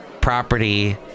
property